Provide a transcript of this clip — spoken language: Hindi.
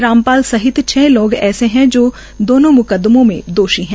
रामपाल सहित छ लोग ऐसे है जो दोनों म्कदमों में दोषी है